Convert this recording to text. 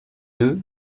deux